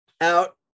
out